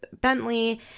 Bentley